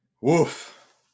Woof